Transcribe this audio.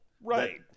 Right